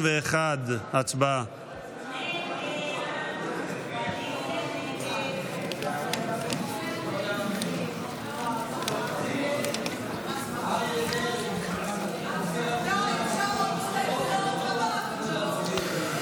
191. הצבעה.